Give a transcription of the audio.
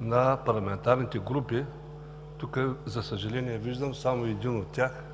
на парламентарните групи. Тук, за съжаление, виждам само един от тях